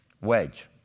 wedge